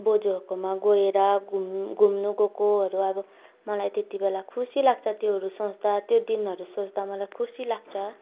बोजुहरूकोमा गएर घुम् घुम्नु गएकोहरू अब मलाई त्यतिबेला खुसी लाग्छ त्योहरू सोँच्दा त्यो दिनहरू सोँच्दा मलाई खुसी लाग्छ